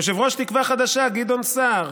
יושב-ראש תקווה חדשה, גדעון סער: